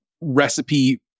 recipe